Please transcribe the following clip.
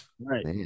right